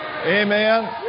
Amen